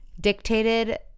dictated